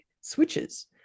switches